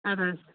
اَدٕ حظ